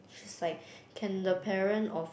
she's like can the parent of